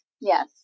Yes